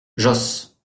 josse